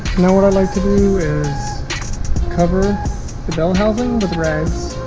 know what i like to do is cover the bell housing with rags